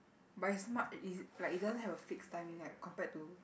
but it's muc~ it~ it doesn't have a fixed timing right compared to